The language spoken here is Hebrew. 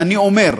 אני אומר.